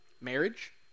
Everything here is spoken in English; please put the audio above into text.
Marriage